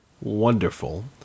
Wonderful